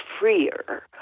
freer